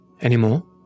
anymore